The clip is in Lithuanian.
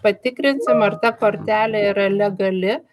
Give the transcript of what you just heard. patikrinsim ar ta kortelė yra legali